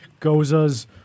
Gozas